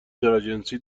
تراجنسی